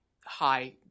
high